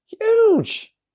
huge